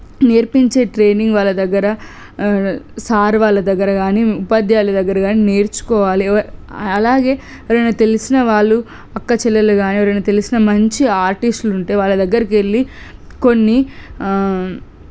నేర్పించే ట్రైనింగ్ వాళ్ళ దగ్గర సార్ వాళ్ళ దగ్గర కానీ ఉపాధ్యాయుల దగ్గర కానీ నేర్చుకోవాలి అలాగే ఎవరైనా తెలిసిన వాళ్ళు అక్క చెల్లెలు గానీ ఎవరైనా తెలిసిన ఒక మంచి ఆర్టిస్టులు అంటే వాళ్ళ దగ్గరకు వెళ్ళి కొన్ని